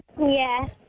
Yes